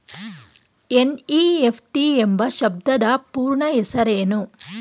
NEFT ಎಂಬ ಶಬ್ದದ ಪೂರ್ಣ ಹೆಸರೇನು?